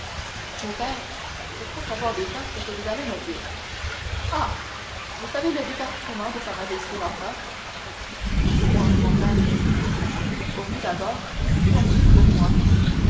mon père je crois savoir déjà ce que vous allez me dire ah vous savez le débarquement de sa majesté l'empereur silence mon père je vous prie pour vous d'abord et puis ensuite pour moi